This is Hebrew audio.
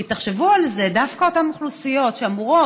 כי תחשבו על זה: דווקא אותן אוכלוסיות שאמורות